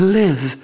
live